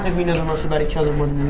and we know the most about each other.